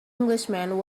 englishman